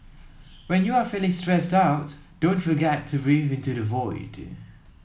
when you are feeling stressed out don't forget to breathe into the void